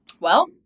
Well-